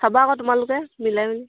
চাবা আকৌ তোমালোকে মিলাই মেলি